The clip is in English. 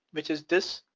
which is this.